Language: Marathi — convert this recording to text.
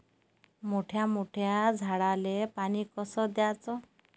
मोठ्या मोठ्या झाडांले पानी कस द्याचं?